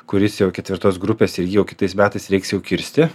kuris jau ketvirtos grupės ir jį jau kitais metais reiks jau kirsti